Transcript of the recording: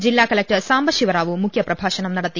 ജില്ലാ കലക്ടർ സാംബശിവ റാവു മുഖ്യപ്രഭാഷണം നടത്തി